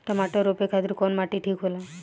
टमाटर रोपे खातीर कउन माटी ठीक होला?